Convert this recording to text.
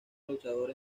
luchador